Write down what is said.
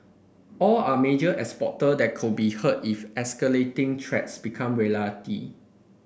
all are major exporter that could be hurt if escalating threats become reality